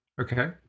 okay